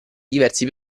diversi